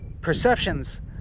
perceptions